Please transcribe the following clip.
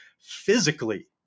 physically